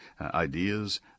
ideas